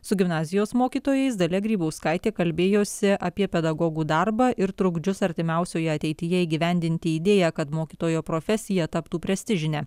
su gimnazijos mokytojais dalia grybauskaitė kalbėjosi apie pedagogų darbą ir trukdžius artimiausioje ateityje įgyvendinti idėją kad mokytojo profesija taptų prestižine